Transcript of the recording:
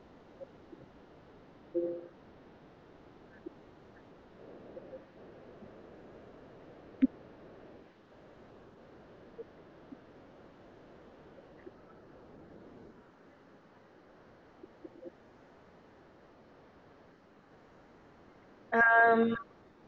um